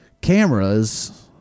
cameras